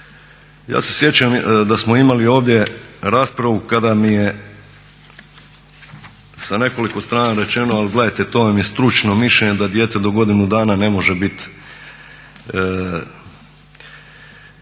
Ja se sjećam da smo imali ovdje raspravu kada mi je sa nekoliko strana rečeno, ali gledajte to vam je stručno mišljenje da dijete do godinu dana ne može bit